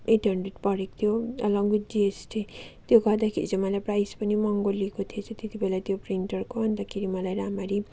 at hundred परेको थियो along with GST त्यो गर्दाखेरि चाहिँ मलाई प्राइस पनि महँगो लिएको थिएछ त्यो बेला त्यो प्रिन्टरको अन्तखेरि मलाई राम्ररी